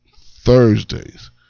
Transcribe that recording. Thursdays